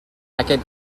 packet